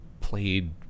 played